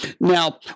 Now